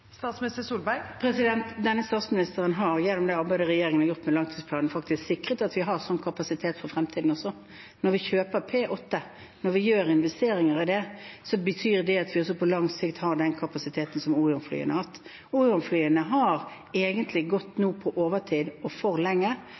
Denne statsministeren har, gjennom det arbeidet regjeringen har gjort med langtidsplanen, faktisk sikret at vi har slik kapasitet for fremtiden også. Når vi kjøper P-8, når vi investerer i det, betyr det at vi også på lang sikt har den kapasiteten som Orion-flyene har hatt. Orion-flyene har egentlig gått på overtid for lenge.